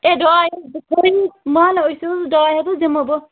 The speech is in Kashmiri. اے ڈاے ہَتھ مانان ٲسِو ڈاے ہَتھ حظ دِمہو بہٕ